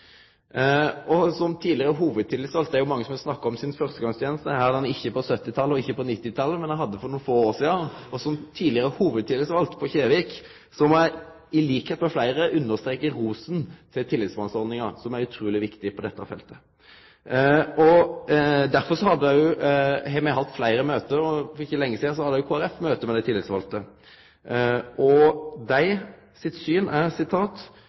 Som tidlegare hovudtillitsvald – det er jo mange som har snakka om førstegongstenesta si her – ikkje på 1970talet og ikkje på 1990-talet, men for berre nokre få år sidan, på Kjevik, må eg til liks med fleire understreke rosen av Tillitsmannsordninga, som er utruleg viktig på dette feltet. Derfor har me hatt fleire møte, og for ikkje lenge sidan hadde Kristeleg Folkeparti eit møte med dei tillitsvalde. Dei sa at Regjeringa og